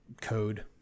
code